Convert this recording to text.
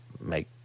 make